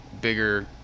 Bigger